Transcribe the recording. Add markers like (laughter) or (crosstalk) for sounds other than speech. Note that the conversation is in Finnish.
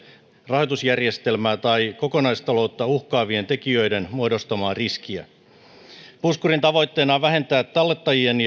rahoitusjärjestelmää tai kokonaistaloutta uhkaavien tekijöiden muodostamaa riskiä puskurin tavoitteena on vähentää tallettajien (unintelligible)